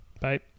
Bye